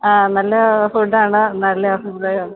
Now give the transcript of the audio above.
നല്ല ഫുഡാണ് നല്ല അഭിപ്രായമാണ്